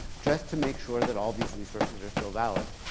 just to make sure that all these resources are still valid.